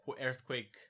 earthquake